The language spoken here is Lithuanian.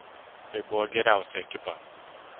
tai buvo geriausia ekipa